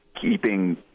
keeping –